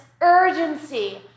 urgency